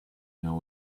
know